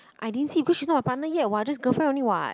I didn't see because she not my partner yet [what] just girlfriend only [what]